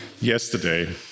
yesterday